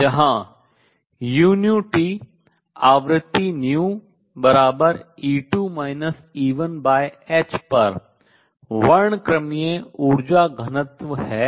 जहां uT आवृत्ति νE2 E1h पर वर्णक्रमीय ऊर्जा घनत्व है